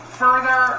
further